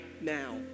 now